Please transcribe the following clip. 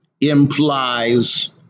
implies